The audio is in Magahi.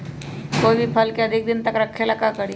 कोई भी फल के अधिक दिन तक रखे के ले ल का करी?